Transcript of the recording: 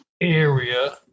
area